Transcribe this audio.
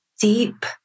deep